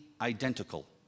identical